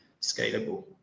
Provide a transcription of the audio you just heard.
scalable